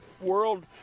world